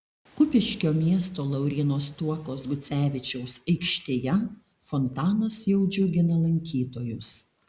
kupiškio miesto lauryno stuokos gucevičiaus aikštėje fontanas jau džiugina lankytojus